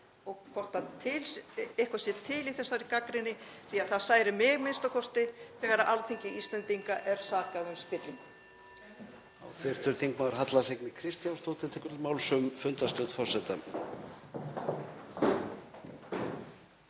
og hvort eitthvað sé til í þessari gagnrýni, því að það særir mig a.m.k. þegar Alþingi Íslendinga er sakað um spillingu.